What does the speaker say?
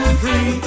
free